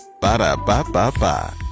Ba-da-ba-ba-ba